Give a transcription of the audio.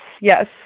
yes